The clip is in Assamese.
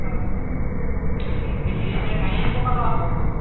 হয় হয় এই এতিয়া গাড়ী ক'ৰপৰা লোৱা হ'ব বাৰু